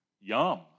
Yum